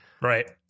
Right